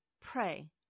Pray